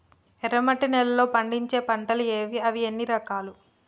ఎర్రమట్టి నేలలో పండించే పంటలు ఏవి? అవి ఎన్ని రకాలు?